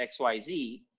XYZ